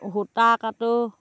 সূতা কাটো